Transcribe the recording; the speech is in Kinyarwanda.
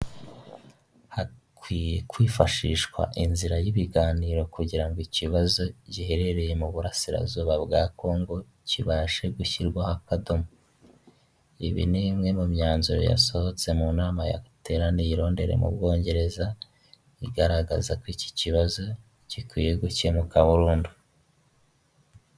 Hakwiye kwifashishwa inzira y'ibiganiro kugira ngo ikibazo giherereye mu burasirazuba bwa Kongo kibashe gushyirwaho akadomo. Ibi ni bimwe mu myanzuro yasohotse mu nama yateraniye i Londire mu Bwongereza igaragaza ko iki kibazo gikwiye gukemuka burundu.